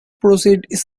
proceeded